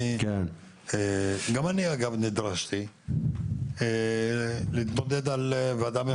אגב, גם אני נדרשתי להתמודד על ועדה מרחבית.